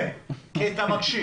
כן, כי אז אתה מקשיב.